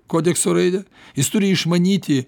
kodekso raidę jis turi išmanyti